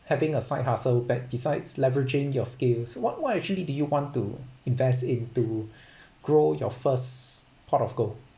having a side hustle be~ besides leveraging your skills what what actually do you want to invest into grow your first pot of gold